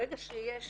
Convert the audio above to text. ברגע שיש